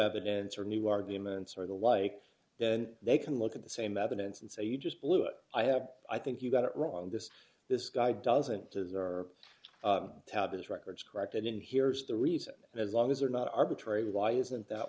evidence or new arguments or the like then they can look at the same evidence and say you just blew it i have i think you got it wrong this this guy doesn't deserve how it is records corrected and here's the reason as long as they're not arbitrary why isn't that